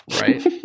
right